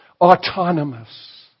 autonomous